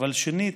אבל שנית,